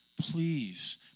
please